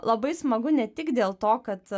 labai smagu ne tik dėl to kad